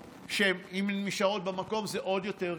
ואם הן נשארות במקום, זה עוד יותר קשה.